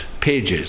pages